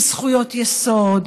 עם זכויות יסוד,